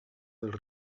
dels